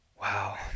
Wow